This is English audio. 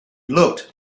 looked